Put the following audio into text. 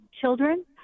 children